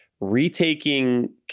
retaking